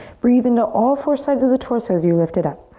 breathe into all four sides of the torso as you lift it up.